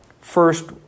first